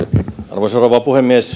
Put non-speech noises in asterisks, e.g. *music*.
arvoisa rouva puhemies *unintelligible*